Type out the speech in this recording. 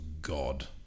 god